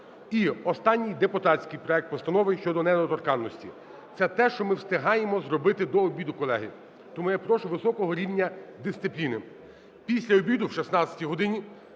І останній, депутатський – проект Постанови щодо недоторканності. Це те, що ми встигаємо зробити до обіду, колеги. Тому я прошу високого рівня дисципліни. Після обіду, о 16 годині,